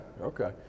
Okay